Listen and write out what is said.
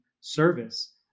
service